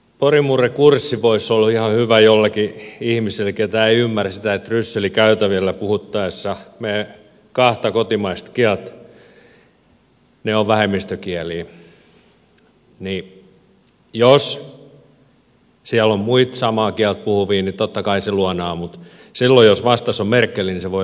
porin murre kurssi vois olla ihan hyvä jolleki ihmisel ketä ei ymmärrä sitä et brysseli käytävillä puhuttaessa meiän kahta kotimaist kiält ne on vähemmistökiälii sillon jos siäl on muit samaa kiält puhuvii totta kai se luanaa mut sillon jos vastas on merkel se voi olla jo vähän haastavampaa